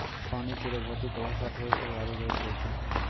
पानी केरो भौतिक अवस्था ठोस, द्रव्य आरु गैस होय छै